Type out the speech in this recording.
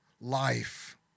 life